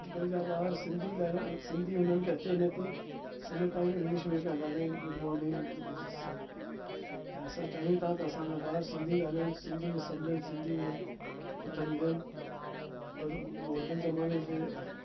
अॼुकल्ह जा ॿार सिंधी गल सिंधी हुननि खे अचे नथी सॼो टाइम इंग्लिश में पिया ॻाल्हाइनि गुड मोर्निंग इहे सभु ऐं असां चाहियूं था त असांजा ॿार सिंधी ॻाल्हाइनि सिंधी में सम्झनि सिंधी में उथनि वेहनि पर मॉडन ज़माने